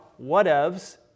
whatevs